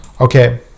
Okay